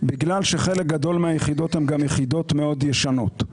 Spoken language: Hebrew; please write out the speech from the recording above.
בגלל שחלק גדול מהיחידות הן יחידות מאוד ישנות.